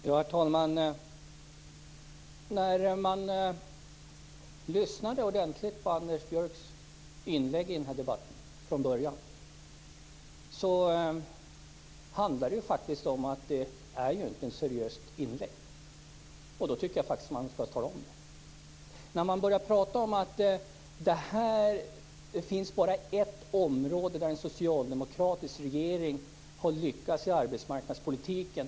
Herr talman! När man lyssnade ordentligt på Anders Björcks inlägg i debatten från början hörde man att det inte var ett seriöst inlägg. Då tycker jag att man skall tala om det. Han började prata om att det bara finns ett område där en socialdemokratisk regering har lyckats i arbetsmarknadspolitiken.